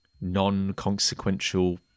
non-consequential